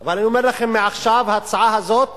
אבל אני אומר לכם עכשיו, ההצעה הזאת